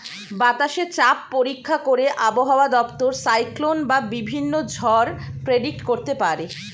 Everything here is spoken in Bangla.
বাতাসে চাপ পরীক্ষা করে আবহাওয়া দপ্তর সাইক্লোন বা বিভিন্ন ঝড় প্রেডিক্ট করতে পারে